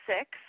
six